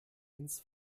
ins